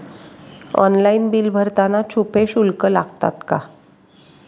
Online bill भरताना छुपे शुल्क लागतात का?